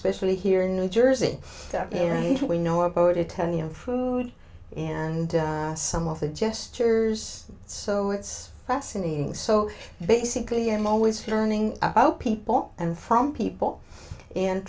especially here in new jersey we know about italian food and some of the gestures so it's fascinating so basically i'm always hearing about people and from people and